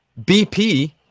BP